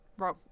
wrong